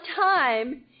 time